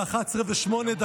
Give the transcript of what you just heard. ב-23:08,